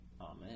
Amen